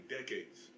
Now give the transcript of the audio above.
decades